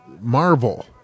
Marvel